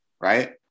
right